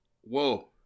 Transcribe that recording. whoa